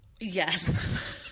Yes